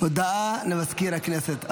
עד שהוא יעלה, הודעה למזכיר הכנסת.